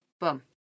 Boom